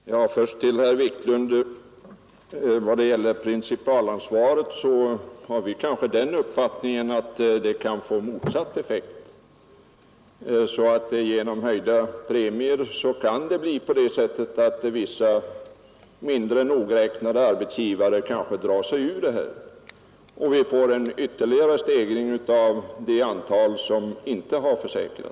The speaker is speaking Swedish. Herr talman! Först vill jag till herr Wiklund i Stockholm säga, att i vad det gäller principalansvaret har vi den uppfattningen att effekten kan bli den motsatta, så att höjda premier leder till att vissa mindre nogräknade arbetsgivare drar sig ur och vi får en ytterligare stegring av det antal som inte har försäkrat.